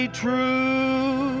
true